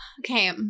okay